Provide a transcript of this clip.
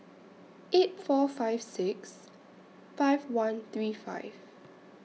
eight four five six five one three five